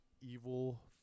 evil